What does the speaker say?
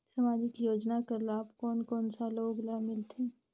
समाजिक योजना कर लाभ कोन कोन सा लोग ला मिलथे?